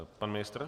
Pan ministr?